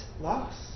loss